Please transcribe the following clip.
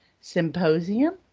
symposium